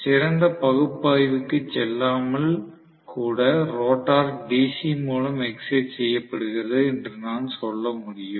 சிறந்த பகுப்பாய்விற்குச் செல்லாமல் கூட ரோட்டோர் DC மூலம் எக்ஸைட் செய்யப்படுகிறது என்று நான் சொல்ல முடியும்